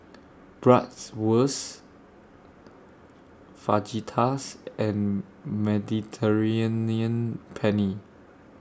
Bratwurst Fajitas and Mediterranean Penne